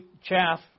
chaff